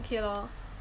okay lah